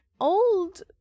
old